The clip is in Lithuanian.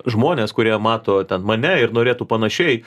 žmonės kurie mato ten mane ir norėtų panašiai